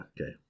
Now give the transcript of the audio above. Okay